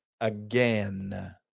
again